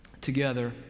together